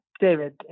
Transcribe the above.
David